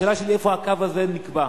השאלה שלי: איפה הקו הזה נקבע?